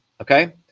okay